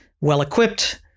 well-equipped